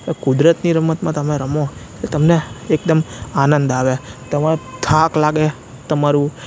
એ કુદરતની રમતમાં તમે રમો એટલે તમને એકદમ આનંદ આવે તમાને થાક લાગે તમારું